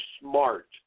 smart